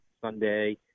Sunday